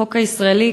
החוק הישראלי,